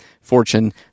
fortune